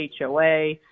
HOA